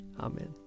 Amen